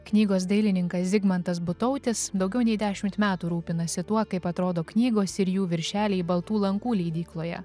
knygos dailininkas zigmantas butautis daugiau nei dešimt metų rūpinasi tuo kaip atrodo knygos ir jų viršeliai baltų lankų leidykloje